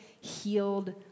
healed